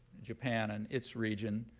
japan and its region,